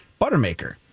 Buttermaker